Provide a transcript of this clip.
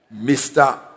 Mr